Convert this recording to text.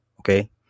Okay